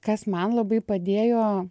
kas man labai padėjo